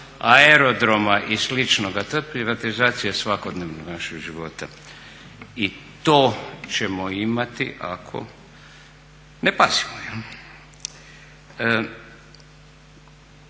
aerodroma i sličnoga, to je privatizacija svakodnevnog našeg života i to ćemo imati ako ne pazimo